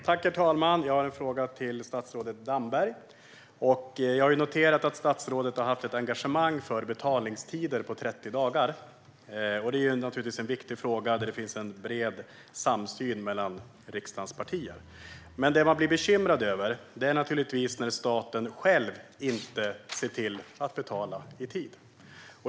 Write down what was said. Herr talman! Jag har en fråga till statsrådet Damberg. Jag har noterat att statsrådet har haft ett engagemang för betalningstider på 30 dagar. Det är naturligtvis en viktig fråga, där det finns en bred samsyn mellan riksdagens partier. Det man blir bekymrad över är dock när staten själv inte ser till att betala i tid.